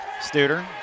Studer